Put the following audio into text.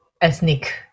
ethnic